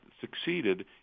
succeeded